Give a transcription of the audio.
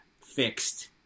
fixed